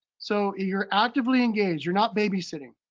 so you're actively engaged, you're not babysitting.